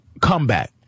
comeback